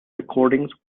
recordings